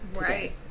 Right